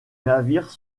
navires